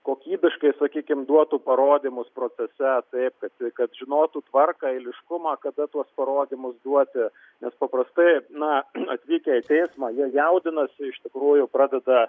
kokybiškai sakykim duotų parodymus procese taip kad kad žinotų tvarką eiliškumą kada tuos parodymus duoti nes paprastai na atvykę į teismą jie jaudinasi iš tikrųjų pradeda